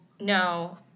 No